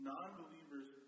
non-believers